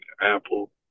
Apple